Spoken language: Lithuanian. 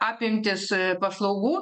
apimtis paslaugų